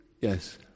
Yes